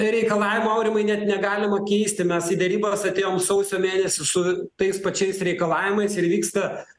reikalavimų aurimai net negalima keisti mes į derybas atėjom sausio mėnesį su tais pačiais reikalavimais ir vyksta